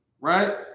right